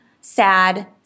sad